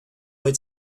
what